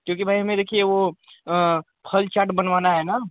क्योंकि भाई हमें देखिये वो फल चाट बनवाना है न